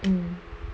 um